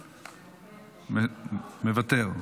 מוותר,